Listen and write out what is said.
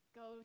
go